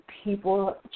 people